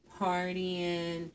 partying